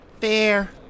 Fair